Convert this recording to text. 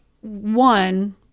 One